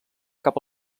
cap